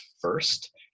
first